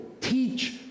Teach